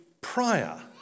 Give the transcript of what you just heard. prior